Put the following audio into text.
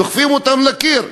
דוחפים אותם לקיר,